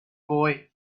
boy